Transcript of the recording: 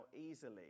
easily